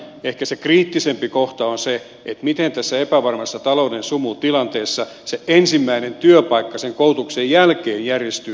ehkä se kriittisempi kohta on se miten tässä epävarmassa talouden sumutilanteessa se ensimmäinen työpaikka sen koulutuksen jälkeen järjestyy nuorille